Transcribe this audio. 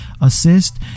assist